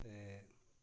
ते